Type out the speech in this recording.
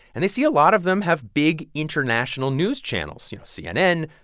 and they see a lot of them have big, international news channels you know cnn,